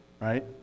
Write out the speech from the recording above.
right